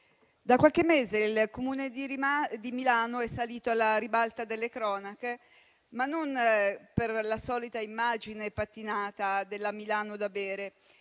da qualche mese il Comune di Milano è salito alla ribalta delle cronache non per la solita immagine patinata della Milano da bere: